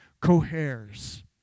coheres